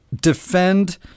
defend